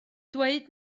dweud